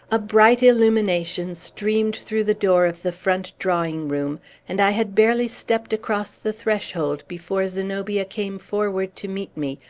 a bright illumination streamed through, the door of the front drawing-room and i had barely stept across the threshold before zenobia came forward to meet me,